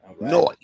Noise